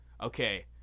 okay